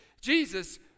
Jesus